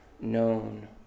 Known